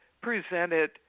presented